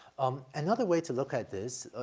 um, another way to look at this, ah,